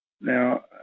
Now